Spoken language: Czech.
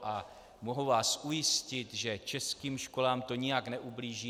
A mohu vás ujistit, že českým školám to nijak neublíží.